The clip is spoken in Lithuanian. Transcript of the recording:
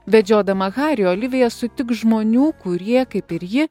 vedžiodama harį olivija sutiks žmonių kurie kaip ir ji